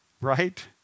Right